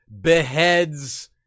beheads